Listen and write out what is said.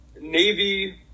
navy